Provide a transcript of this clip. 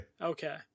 Okay